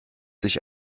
sich